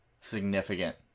significant